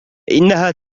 إنها